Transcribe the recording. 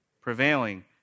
Prevailing